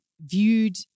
viewed